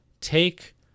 take